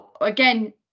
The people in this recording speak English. again